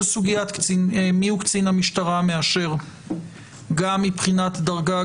כל סוגיית מיהו קצין המשטרה המאשר גם מבחינת דרגה,